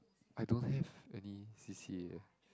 I don't have any C_C_A